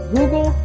Google